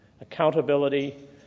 accountability